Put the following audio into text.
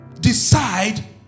decide